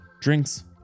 drinks